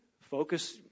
focus